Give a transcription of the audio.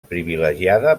privilegiada